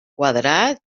quadrat